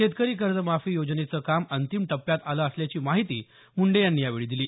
शेतकरी कर्जमाफी योजनेचं काम अंतिम टप्प्यात आलं असल्याची माहिती मुंडे यांनी दिली